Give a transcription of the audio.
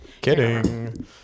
Kidding